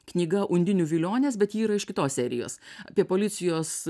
knyga undinių vilionės bet ji yra iš kitos serijos apie policijos